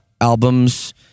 albums